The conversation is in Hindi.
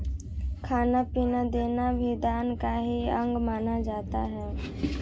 खाना पीना देना भी दान का ही अंग माना जाता है